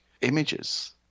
images